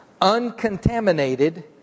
uncontaminated